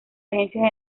agencias